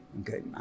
Okay